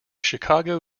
chicago